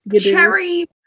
Cherry